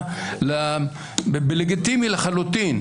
שזה ליגיטימי לחלוטין.